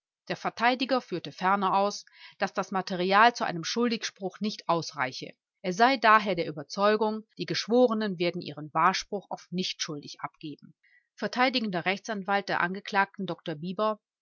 der verteidiger führte ferner aus daß das material zu einem schuldigspruch nicht ausreiche er sei daher der überzeugung die geschworenen werden ihren wahrspruch auf nichtschuldig abgeben vert r a dr bieber